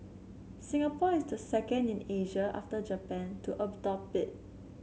Singapore is the second in Asia after Japan to adopt it